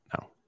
No